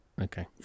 Okay